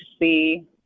see